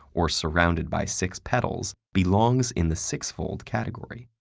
or surrounded by six petals, belongs in the sixfold category.